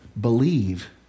believe